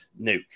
nuke